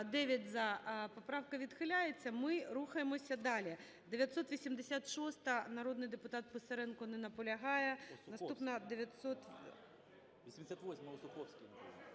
За-9 Поправка відхиляється. Ми рухаємося далі. 986-а, народний депутат Писаренко не наполягає.